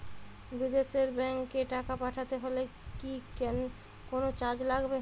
বিদেশের ব্যাংক এ টাকা পাঠাতে হলে কি কোনো চার্জ লাগবে?